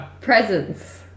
Presents